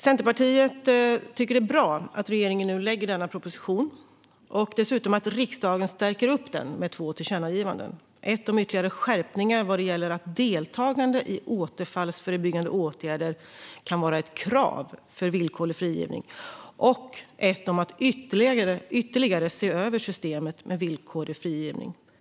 Centerpartiet tycker att det är bra att regeringen nu lägger fram denna proposition, och dessutom är det bra att riksdagen stärker upp den med två tillkännagivanden - ett om ytterligare skärpningar vad gäller att deltagande i återfallsförebyggande åtgärder ska vara ett krav för villkorlig frigivning och ett om att ytterligare se över systemet med villkorlig frigivning.